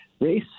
race